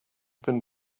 been